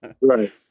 right